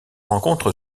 rencontre